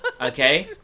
Okay